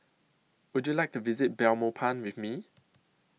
Would YOU like to visit Belmopan with Me